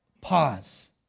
pause